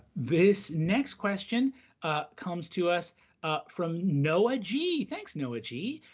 this next question comes to us from noah g. thanks, noah g.